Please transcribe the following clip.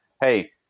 hey